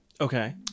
Okay